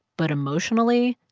but emotionally,